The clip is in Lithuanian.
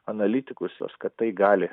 analitikus jos kad tai gali